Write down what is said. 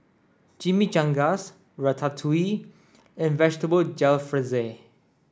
Chimichangas Ratatouille and Vegetable Jalfrezi